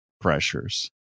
pressures